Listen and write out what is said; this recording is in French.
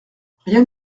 rien